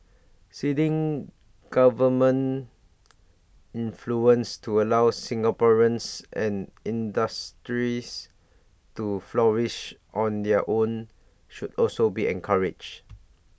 ceding government influence to allow Singaporeans and industries to flourish on their own should also be encouraged